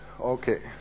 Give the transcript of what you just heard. Okay